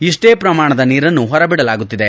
ಇಷ್ಷೇ ಶ್ರಮಾಣದ ನೀರನ್ನು ಹೊರ ಬಿಡಲಾಗುತ್ತಿದೆ